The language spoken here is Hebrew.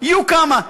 יהיו כמה.